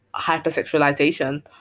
hypersexualization